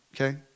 okay